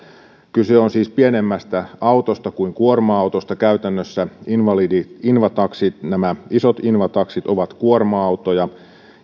kyse on siis pienemmästä autosta kuin kuorma autosta käytännössä invataksit nämä isot invataksit ovat kuorma autoja